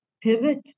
pivot